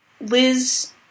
Liz